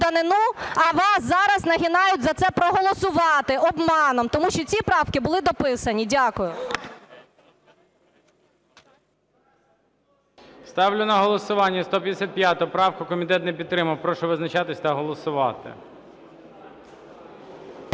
а вас зараз "нагинають" за це проголосувати обманом, тому що ці правки були дописані. Дякую. ГОЛОВУЮЧИЙ. Ставлю на голосування 155 правку. Комітет не підтримав. Прошу визначатись та голосувати.